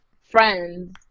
friends